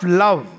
love